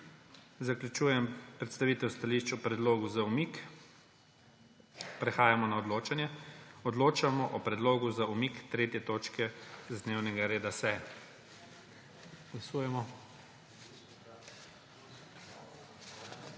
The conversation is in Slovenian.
Zaključujem predstavitev stališč o predlogu za umik. Prehajamo na odločanje. Odločamo o predlogu za umik 3. točke z dnevnega reda 28. seje.